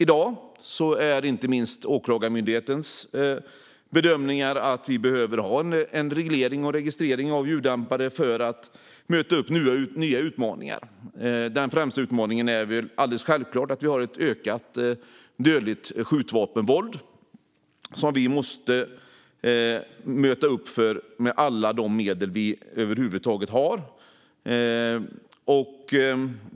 I dag är inte minst Åklagarmyndighetens bedömningar att vi behöver ha en reglering och en registrering av ljuddämpare för att möta nya utmaningar. Den främsta utmaningen är alldeles självklar: Vi har ett ökat dödligt skjutvapenvåld som vi måste bemöta med alla medel vi över huvud taget har.